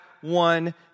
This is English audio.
one